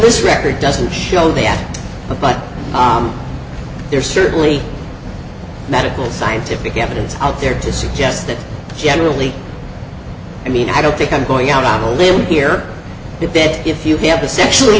egoless record doesn't show the at all but there certainly medical scientific evidence out there to suggest that generally i mean i don't think i'm going out on a limb here if that if you have a sexually